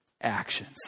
actions